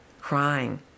crying